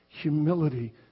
Humility